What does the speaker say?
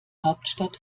hauptstadt